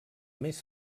més